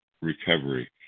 recovery